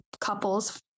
couple's